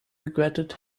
regretted